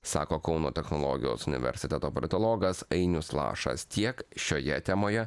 sako kauno technologijos universiteto politologas ainius lašas tiek šioje temoje